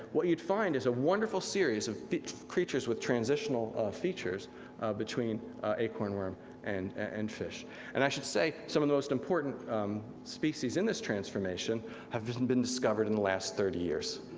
what you'd find is a wonderful series of creatures with transitional features between acorn worm and and fish and i should say, some of the most important species in this transformation have just and been discovered in the last thirty years.